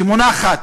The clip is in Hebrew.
שמונחת